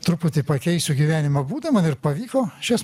truputį pakeisiu gyvenimo būdą man ir pavyko šias